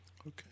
Okay